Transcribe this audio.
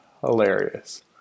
hilarious